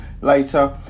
later